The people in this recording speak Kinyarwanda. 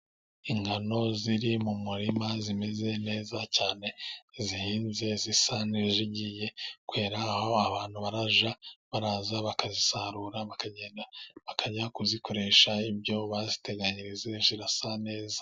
Ingano ziri mu murima zimeze neza cyane, zihinze zisa n'izigiye kwera, aho abantu barajya baza bakazisarura, bakagenda bakajya kuzikoresha ibyo baziteganyirije, zirasa neza.